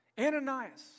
Ananias